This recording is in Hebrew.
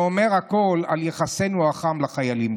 זה אומר הכול על יחסנו החם לחיילים.